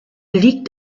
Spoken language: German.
liegt